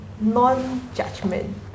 non-judgment